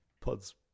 pod's